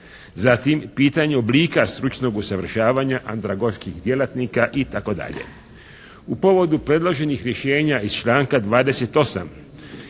Zatim pitanje oblika stručnog usavršavanja andragoških djelatnika itd. U povodu predloženih rješenja iz članka 28.